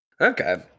Okay